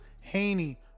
Haney